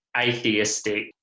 atheistic